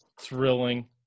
thrilling